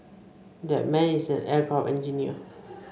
that man is an aircraft engineer